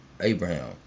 Abraham